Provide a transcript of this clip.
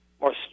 more